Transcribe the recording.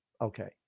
Okay